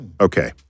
Okay